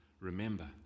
Remember